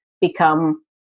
become